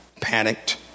panicked